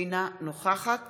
אינה נוכחת